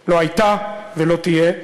לא הייתה ולא תהיה.